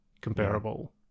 comparable